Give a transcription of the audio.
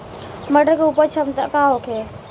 मटर के उपज क्षमता का होखे?